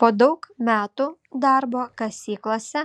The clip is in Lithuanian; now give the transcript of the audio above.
po daug metų darbo kasyklose